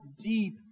deep